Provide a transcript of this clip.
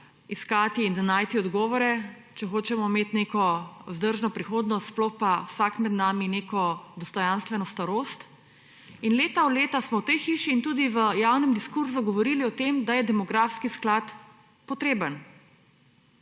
iskati in najti odgovore, če hočemo imeti neko vzdržno prihodnost, sploh pa vsak med nami neko dostojanstveno starost. In iz leta v leto smo v tej hiši, pa tudi v javnem diskurzu govorili o tem, da je demografski sklad potreben.